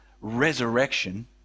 resurrection